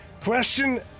Question